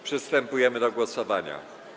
Przystępujemy do głosowania.